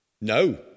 No